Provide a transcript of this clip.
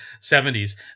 70s